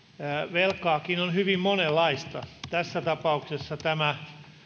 velkaakin on hyvin monenlaista tässä tapauksessa tämä